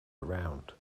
around